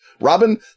Robin